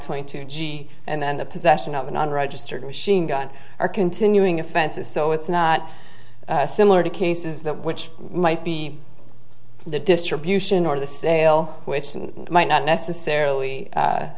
twenty two g and then the possession of an unregistered machine gun or continuing offenses so it's not similar to cases that which might be the distribution or the sale which might not necessarily